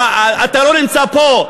אתה לא נמצא פה.